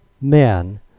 men